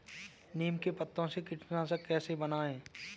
नीम के पत्तों से कीटनाशक कैसे बनाएँ?